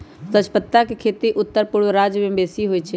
तजपत्ता के खेती उत्तरपूर्व राज्यमें बेशी होइ छइ